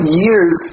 years